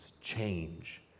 change